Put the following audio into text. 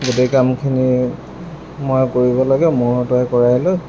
গোটেই কামখিনি ময়ে কৰিব লাগে মোৰ হাতেৰে কৰাই লয়